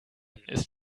ist